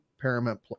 Paramount